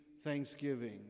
thanksgiving